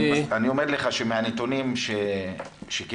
אני אומר לך שמהנתונים שקיבלנו,